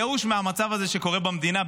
ייאוש מהמצב הזה שקורה במדינה,